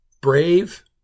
brave